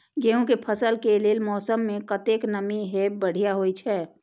गेंहू के फसल के लेल मौसम में कतेक नमी हैब बढ़िया होए छै?